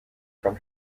from